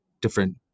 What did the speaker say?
different